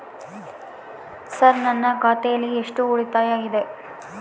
Sir ನನ್ನ ಖಾತೆಯಲ್ಲಿ ಎಷ್ಟು ಉಳಿತಾಯ ಇದೆ?